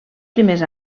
primers